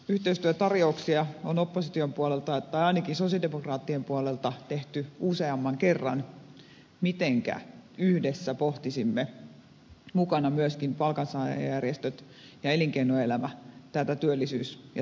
yhteistyötarjouksia on opposition puolelta tai ainakin sosialidemokraattien puolelta tehty useamman kerran mitenkä yhdessä pohtisimme mukana myöskin palkansaajajärjestöt ja elinkeinoelämä tätä työllisyys ja talousasiaa